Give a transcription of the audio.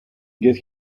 get